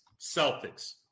Celtics